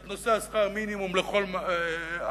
את נושא שכר המינימום לכל אדם,